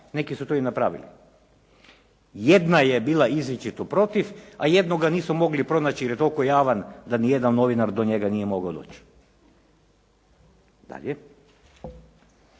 Neki su to i napravili. Jedna je bila izričito protiv, a jednog nisu mogli pronaći jer je toliko javan da ni jedan novinar do njega nije mogao doći. Dalje,